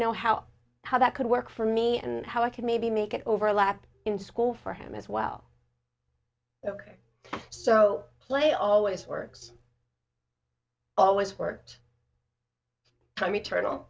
know how how that could work for me and how i could maybe make it overlap in school for him as well ok so play always works always worked